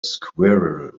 squirrel